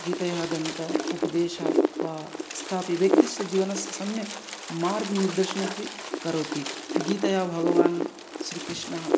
गीतायाः दत्त उपदेशाः वा सापि व्यक्तेः जीवनस्य सम्यक् मार्गनिर्देशनम् अपि करोति गीतया भगवान् श्रीकृष्णः